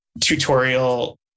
tutorial